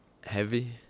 heavy